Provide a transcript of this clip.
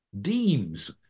deems